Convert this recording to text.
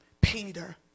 Peter